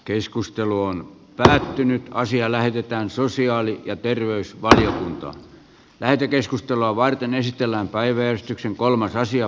keskustelu on päättynyt ja asia lähetetään sosiaali ja terveysvaliokuntaa lähetekeskustelua varten esitellään mistä te toivoitte